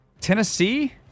Tennessee